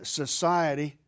society